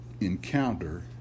encounter